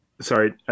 Sorry